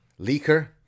leaker